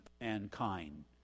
mankind